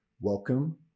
welcome